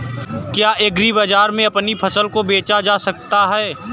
क्या एग्रीबाजार में अपनी फसल को बेचा जा सकता है?